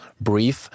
breathe